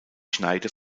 schneide